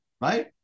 right